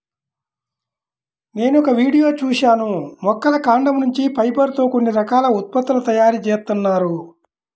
నేనొక వీడియో చూశాను మొక్కల కాండం నుంచి ఫైబర్ తో కొన్ని రకాల ఉత్పత్తుల తయారీ జేత్తన్నారు